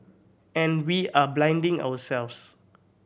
and we are blinding ourselves